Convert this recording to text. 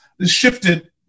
shifted